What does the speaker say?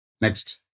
Next